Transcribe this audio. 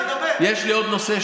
יש לי עוד נושא,